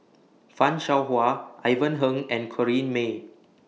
fan Shao Hua Ivan Heng and Corrinne May